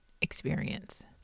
experience